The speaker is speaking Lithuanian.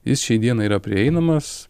jis šiai dienai yra prieinamas